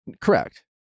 Correct